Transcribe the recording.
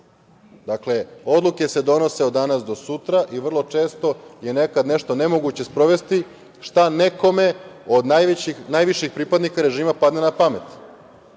Dakle, odluke se donose od danas do sutra i vrlo često je nekad nešto nemoguće sprovesti šta nekome od najviših pripadnika režima padne na pamet.